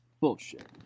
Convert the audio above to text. Bullshit